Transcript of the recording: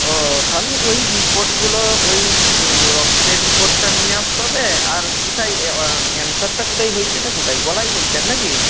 ও তাহলে ওই রিপোর্টগুলো ওই রক্তের রিপোর্টটা নিয়ে আসতে হবে আর কোথায় ক্যানসারটা কোথায় হয়েছেটা কোথায় গলায় বলছেন না কি